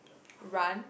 run